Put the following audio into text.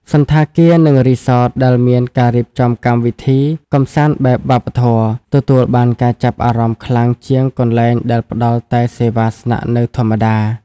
សណ្ឋាគារ និងរីសតដែលមានការរៀបចំកម្មវិធីកម្សាន្តបែបវប្បធម៌ ទទួលបានការចាប់អារម្មណ៍ខ្លាំងជាងកន្លែងដែលផ្តល់តែសេវាស្នាក់នៅធម្មតា។